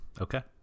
Okay